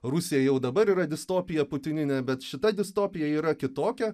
rusija jau dabar yra distopija putininė bet šita distopija yra kitokia